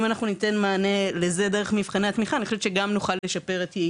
ישיבת מעקב על הרפורמה בהתפתחות הילד